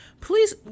please